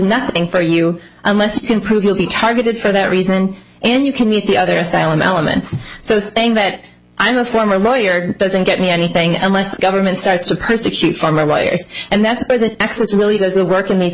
nothing for you unless you can prove you'll be targeted for that reason and you can meet the other asylum elements so saying that i'm a former lawyer doesn't get me anything unless the government starts to persecute from my bias and that's where the excess really doesn't work in the